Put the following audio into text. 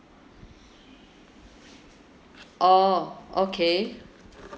orh okay